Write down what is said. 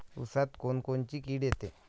ऊसात कोनकोनची किड येते?